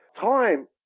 time